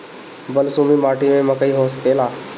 बलसूमी माटी में मकई हो सकेला?